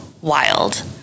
wild